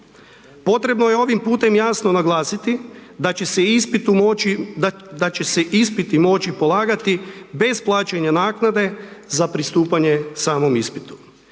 Potrebno je ovim putem jasno naglasiti da će se ispitu moći, da će se ispiti moći polagati bez plaćanja naknade za pristupanje samom ispitu.